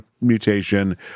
mutation